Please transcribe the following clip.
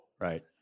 Right